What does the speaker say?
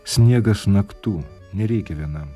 sniegas naktų nereikia vienam